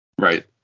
Right